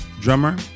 drummer